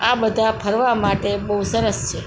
આ બધા ફરવા માટે બહુ સરસ છે